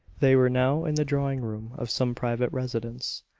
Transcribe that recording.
they were now in the drawing-room of some private residence,